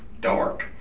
dark